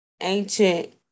ancient